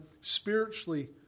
spiritually